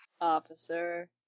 Officer